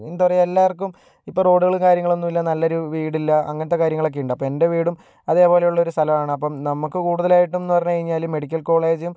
എന്താ പറയുക എല്ലാവർക്കും ഇപ്പോൾ റോഡുകളും കാര്യങ്ങളൊന്നും ഇല്ല നല്ലൊരു വീടില്ല അങ്ങനത്തെ കാര്യങ്ങളൊക്കെ ഉണ്ട് അപ്പം എൻ്റെ വീടും അതേപോലെയുള്ള ഒരു സ്ഥലമാണ് അപ്പം നമുക്ക് കൂടുതലായിട്ടും എന്ന് പറഞ്ഞു കഴിഞ്ഞാല് മെഡിക്കൽ കോളേജും